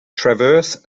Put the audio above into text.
traverse